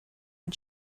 and